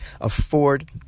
afford